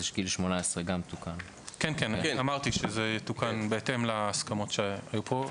תוקן גיל 18. אמרתי שתוקן לגיל 18 בהתאם להסכמות שהיו פה.